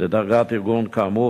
לדרגת ארגון כאמור,